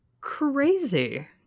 Crazy